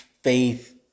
faith